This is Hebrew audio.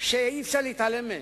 שאי-אפשר להתעלם מהם,